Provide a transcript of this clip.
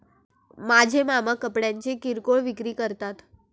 माझे मामा कपड्यांची किरकोळ विक्री करतात